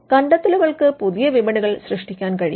കണ്ടെത്തലുകൾക്ക് പുതിയ വിപണികൾ സൃഷ്ടിക്കാൻ കഴിയും